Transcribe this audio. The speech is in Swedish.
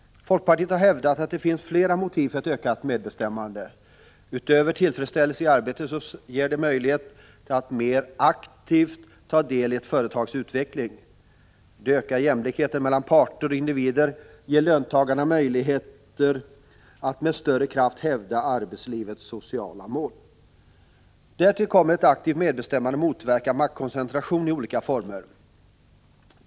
Folkpartiet har hävdat att det finns flera motiv för ett ökat medbestämmande. Utöver tillfredsställelse i arbetet ger medbestämmandet de anställda möjlighet att mer aktivt ta del i företagets utveckling. Det ökar jämlikheten mellan parter och individer och ger löntagarna möjligheter att med större kraft hävda arbetslivets sociala mål. Därtill kommer att ett aktivt medbestämmande motverkar maktkoncentration i olika former.